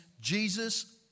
Jesus